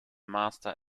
master